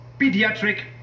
pediatric